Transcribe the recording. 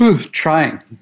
trying